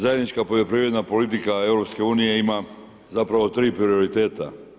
Zajednička poljoprivredna politika EU-a ima zapravo tri prioriteta.